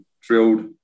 drilled